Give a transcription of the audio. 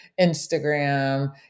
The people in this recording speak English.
Instagram